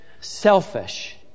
Selfish